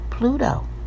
Pluto